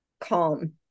calm